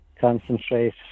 concentrate